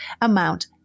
amount